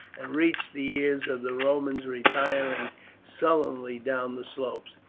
and reached the ears of the romans retiring sullenly down the slopes.